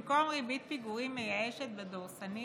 במקום ריבית פיגורים מייאשת ודורסנית,